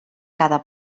cada